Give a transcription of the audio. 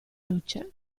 luce